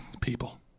People